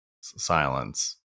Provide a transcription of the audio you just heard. silence